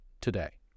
today